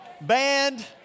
Band